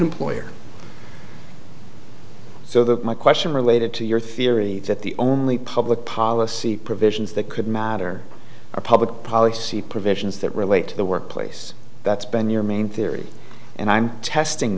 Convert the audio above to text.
employer so that my question related to your theory that the only public policy provisions that could matter are public policy provisions that relate to the workplace that's been your main theory and i'm testing